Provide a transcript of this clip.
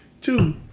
Two